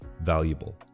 valuable